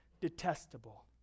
detestable